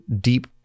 deep